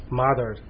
mother